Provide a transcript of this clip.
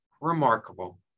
remarkable